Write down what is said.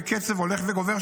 בקצב הולך וגובר,